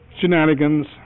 shenanigans